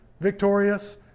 victorious